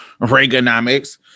Reaganomics